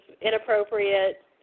inappropriate